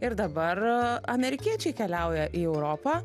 ir dabar amerikiečiai keliauja į europą